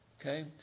Okay